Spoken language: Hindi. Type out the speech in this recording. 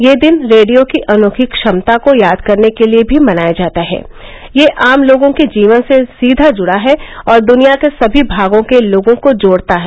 यह दिन रेडियो की अनोखी क्षमता को याद करने के लिए भी मनाया जाता है यह आम लोगों के जीवन से सीधा जुड़ा है और दुनिया के सभी भागों के लोगों को जोड़ता है